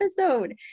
episode